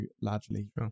largely